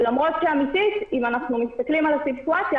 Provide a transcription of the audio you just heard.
למרות שאם אנחנו מסתכלים על הסיטואציה